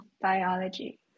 biology